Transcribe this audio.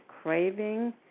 craving